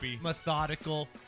methodical